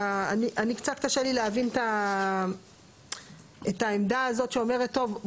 אני קצת קשה לי להבין את העמדה הזאת שאומרת טוב,